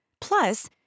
Plus